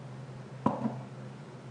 על תור נושא הן